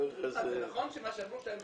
היא באמת לא הייתה.